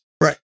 Right